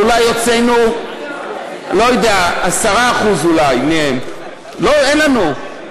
ואולי הוצאנו מהם 10%. אני לא יודע.